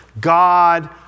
God